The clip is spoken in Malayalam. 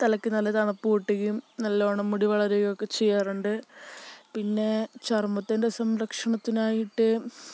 തലയ്ക്കു നല്ല തണുപ്പു കിട്ടുകയും നല്ലവണ്ണം മുടി വളരുകയുമൊക്കെ ചെയ്യാറുണ്ട് പിന്നെ ചർമ്മത്തിൻ്റെ സംരക്ഷണത്തിനായിട്ട്